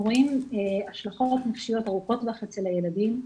אנחנו רואים השלכות נפשיות ארוכות אצל הילדים.